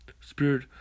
spirit